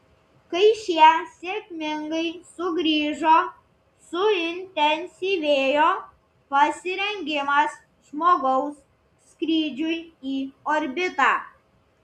kai šie sėkmingai sugrįžo suintensyvėjo pasirengimas žmogaus skrydžiui į orbitą